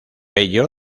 ello